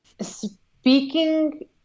speaking